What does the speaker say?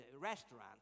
restaurant